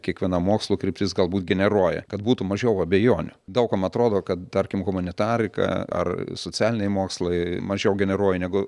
kiekviena mokslo kryptis galbūt generuoja kad būtų mažiau abejonių daug kam atrodo kad tarkim humanitarika ar socialiniai mokslai mažiau generuoja negu